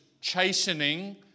chastening